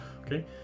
Okay